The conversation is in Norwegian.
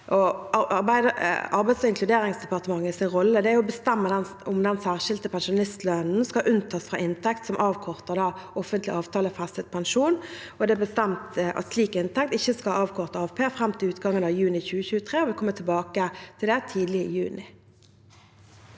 Arbeids- og inkluderingsdepartementets rolle er å bestemme om den særskilte pensjonistlønnen skal unntas fra inntekt som avkorter offentlig avtalefestet pensjon. Det er bestemt at slik inntekt ikke skal avkorte AFP fram til utgangen av juni 2023, og vi vil komme tilbake til det tidlig i juni.